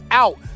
out